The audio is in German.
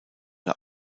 der